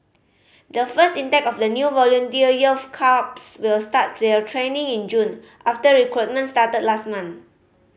the first intake of the new volunteer youth corps will start their training in June after recruitment started last month